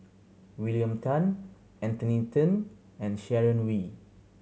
William Tan Anthony Then and Sharon Wee